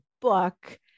book